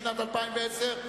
לשנת 2010,